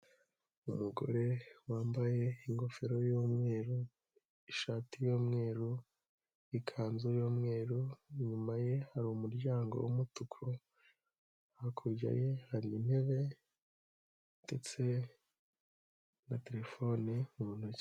Umugore wambaye ingofero y'umweru, ishati y'umweru, ikanzu y'umweru, inyuma ye hari umuryango w'umutuku, hakurya ye hari intebe, ndetse na terefone mu ntoki.